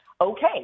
Okay